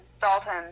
dalton